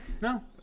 no